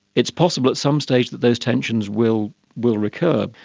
it's possible at some stage that those tensions will will recur,